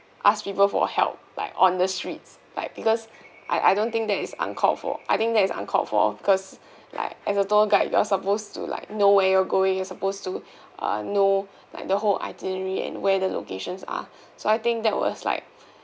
ask people for help like on the streets like because I I don't think there is uncalled for I think there is uncalled for because like as a tour guide you are supposed to like know where you are going you are supposed to ah know like the whole itinerary and where the locations are so I think that was like